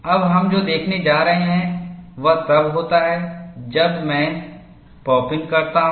अब हम जो देखने जा रहे हैं वह तब होता है जब मैं पॉप इन करता हूं